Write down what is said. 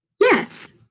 Yes